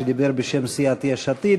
שדיבר בשם סיעת יש עתיד.